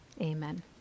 Amen